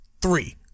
three